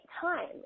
time